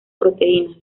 proteínas